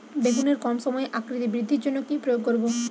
বেগুনের কম সময়ে আকৃতি বৃদ্ধির জন্য কি প্রয়োগ করব?